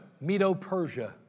Medo-Persia